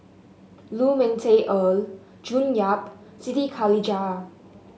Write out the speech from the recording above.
Lu Ming Teh Earl June Yap Siti Khalijah